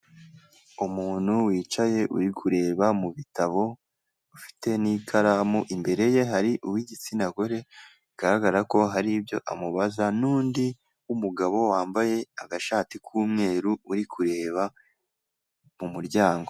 Umuntu wicaye uri kureba mu bitabo ufite n'ikaramu, imbere ye hari uw'igitsina gore bigaragara ko hari ibyo amubaza n'undi w'umugabo wambaye agashati k'umweru uri kureba mu umuryango.